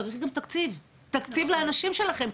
צריך גם תקציב לאנשים שלכם,